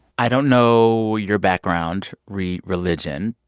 i don't know your background re religion,